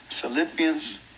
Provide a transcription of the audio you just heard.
Philippians